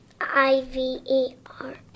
I-V-E-R